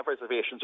reservations